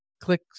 click